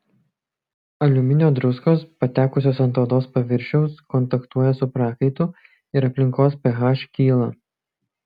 aliuminio druskos patekusios ant odos paviršiaus kontaktuoja su prakaitu ir aplinkos ph kyla